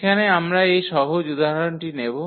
এখানে আমরা এই সহজ উদাহরণটি নেব